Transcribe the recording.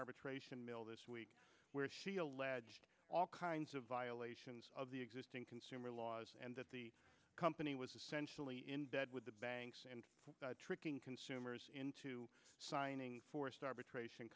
arbitration mill this week where she alleged all kinds of violations of the existing consumer laws and that the company was essentially in bed with the banks and tricking consumers into signing for star